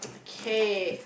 kay